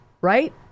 right